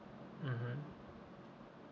mmhmm